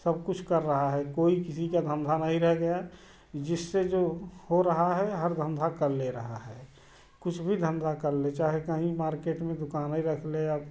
सब कुछ कर रहा है कोई किसी का धंधा नहीं रह गया जिससे जो हो रहा है हर धंधा कर ले रहा है कुछ भी धंधा कर लें चाहे कहीं मार्केट में दुकान ही रख लें या